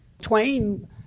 Twain